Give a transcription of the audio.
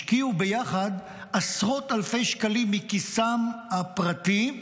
השקיעו ביחד עשרות אלפי שקלים מכיסם הפרטי.